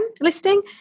listing